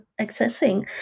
accessing